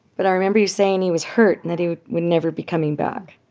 but i remember you saying he was hurt and that he would never be coming back.